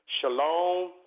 Shalom